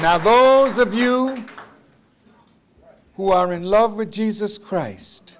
now those of you who are in love with jesus christ